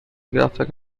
graphic